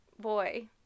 Boy